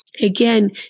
Again